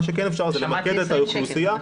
מה שכן אפשר למקד את האוכלוסייה --- שמעתי 20 שקל,